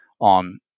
on